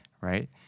right